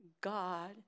God